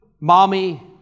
mommy